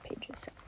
pages